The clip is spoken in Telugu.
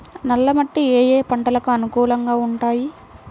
నల్ల మట్టి ఏ ఏ పంటలకు అనుకూలంగా ఉంటాయి?